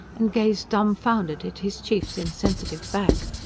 and gazed dumbfounded at his chief's insensitive back.